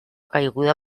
caiguda